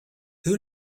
who